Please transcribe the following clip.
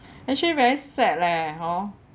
actually very sad leh hor